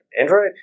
Android